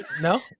No